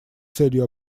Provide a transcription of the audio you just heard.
целью